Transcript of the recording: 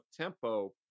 tempo